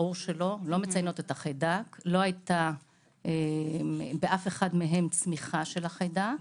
לא הייתה באף אחד מהם צמיחה של החיידק.